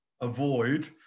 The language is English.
avoid